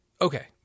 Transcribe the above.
Okay